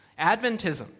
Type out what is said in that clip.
Adventism